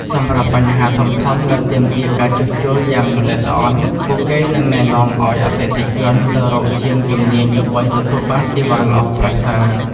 សម្រាប់បញ្ហាធំៗដែលទាមទារការជួសជុលយ៉ាងល្អិតល្អន់ ពួកគេនឹងណែនាំឱ្យអតិថិជនទៅរកជាងជំនាញដើម្បីទទួលបានសេវាល្អប្រសើរ។